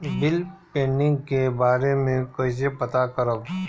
Bill pending के बारे में कईसे पता करब?